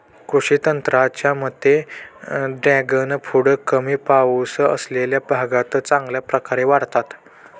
कृषी तज्ज्ञांच्या मते ड्रॅगन फ्रूट कमी पाऊस असलेल्या भागात चांगल्या प्रकारे वाढतात